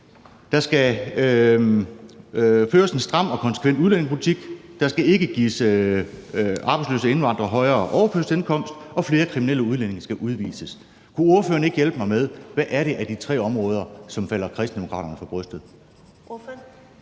Der skal føres en stram og konsekvent udlændingepolitik. Der skal ikke gives arbejdsløse indvandrere højere overførselsindkomst, og flere kriminelle udlændinge skal udvises. Kunne ordføreren ikke hjælpe mig med at fortælle, hvad det er for et af de tre områder, som falder Kristendemokraterne for brystet?